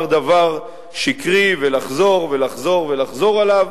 דבר שקרי ולחזור ולחזור ולחזור עליו,